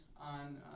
on